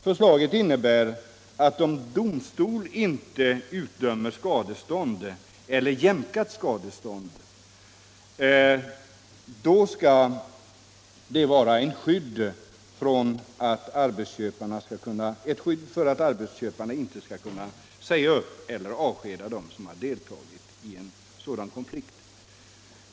Förslaget innebär att om domstol inte utdömer skadestånd — eller utdömer jämkat skadestånd — skall detta skydda mot uppsägning eller avsked.